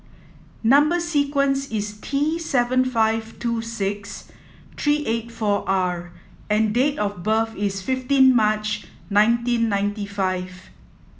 number sequence is T seven five two six three eight four R and date of birth is fifteen March nineteen ninety five